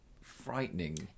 frightening